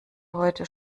heute